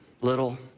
little